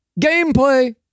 gameplay